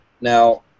Now